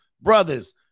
Brothers